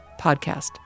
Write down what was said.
podcast